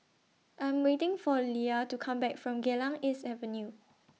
I'm waiting For Leia to Come Back from Geylang East Avenue